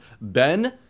Ben